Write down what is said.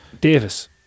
Davis